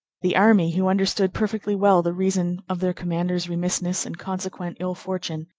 the army, who understood perfectly well the reason of their commander's remissness and consequent ill fortune,